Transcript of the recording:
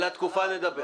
על התקופה נדבר.